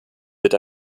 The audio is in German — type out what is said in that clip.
wird